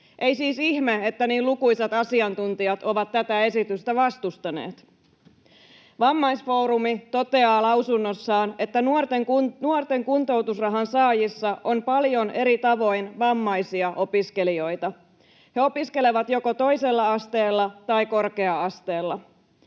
Ei siis ihme, että niin lukuisat asiantuntijat ovat tätä esitystä vastustaneet. Vammaisfoorumi toteaa lausunnossaan, että nuoren kuntoutusrahan saajissa on paljon eri tavoin vammaisia opiskelijoita. He opiskelevat joko toisella asteella tai korkea-asteella.